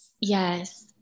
Yes